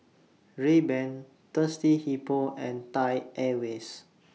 Rayban Thirsty Hippo and Thai Airways